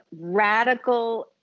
radical